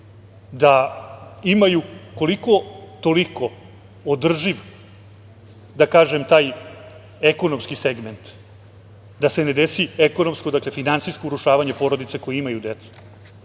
da imaju koliko, toliko održiv, da kažem taj ekonomski segment, da ne desi ekonomsko, odnosno finansijsko urušavanje porodice koji imaju decu.